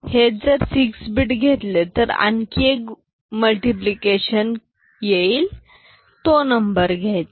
हेच जर 6 बीट घेतले तर आणखी एक गुणाकार करून येईल तो नंबर घ्यायचा